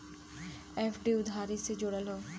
FD उधारी से जुड़ल हौ